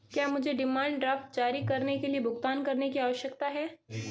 क्या मुझे demand draft जारी करने के लिए भुगतान करने की आवश्यकता है?